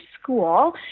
school